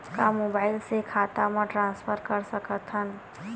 का मोबाइल से खाता म ट्रान्सफर कर सकथव?